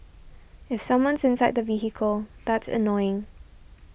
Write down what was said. if someone's inside the vehicle that's annoying